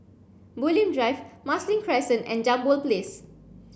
Bulim Drive Marsiling Crescent and Jambol Place